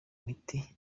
miti